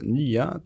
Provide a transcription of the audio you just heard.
nya